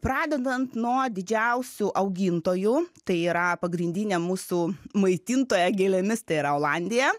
pradedant nuo didžiausių augintojų tai yra pagrindinė mūsų maitintoja gėlėmis tai yra olandija